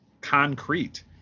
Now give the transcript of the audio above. concrete